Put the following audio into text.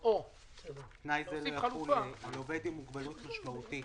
בגיל העבודה: לגבי האוכלוסייה